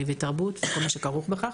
תרבות וכל מה שכרוך בכך.